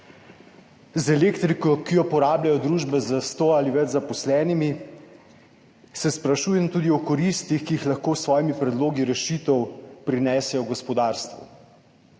z elektriko, ki jo porabljajo družbe s 100 ali več zaposlenimi, se sprašujem tudi o koristih, ki jih lahko s svojimi predlogi rešitev prinesejo v gospodarstvo.